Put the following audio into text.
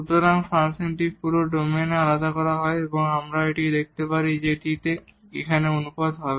সুতরাং ফাংশনটি পুরো ডোমেইনে আলাদা করা যায় অথবা আমরা এটাও দেখাতে পারি যে এটি এখানে অনুপাত হবে